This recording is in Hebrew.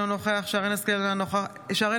אינו נוכח מיכל